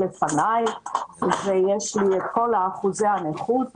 לפניי טבלה עם כל אחוזי הנכות,